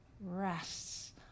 rests